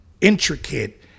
intricate